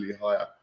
higher